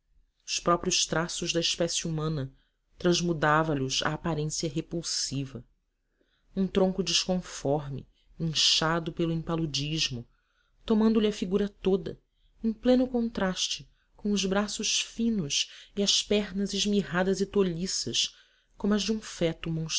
os próprios traços da espécie humana transmudava lhos a aparência repulsiva um tronco desconforme inchado pelo impaludismo tomando-lhe a figura toda em pleno contraste com os braços finos e as pernas esmirradas e tolhiças como as de um feto